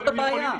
זאת הבעיה.